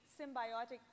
symbiotic